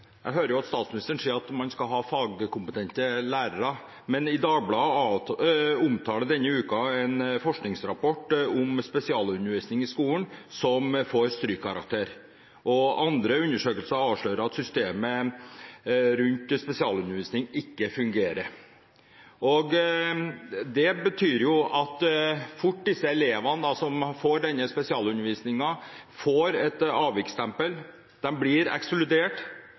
statsministeren sier at man skal ha faglig kompetente lærere. Men Dagbladet omtaler forrige uke en forskningsrapport om spesialundervisning i skolen der spesialundervisningen får strykkarakter, og andre undersøkelser avslører at systemet rundt spesialundervisning ikke fungerer. Det betyr fort at de elevene som får denne spesialundervisningen, får et avviksstempel. De blir ekskludert,